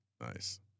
Nice